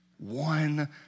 One